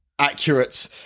accurate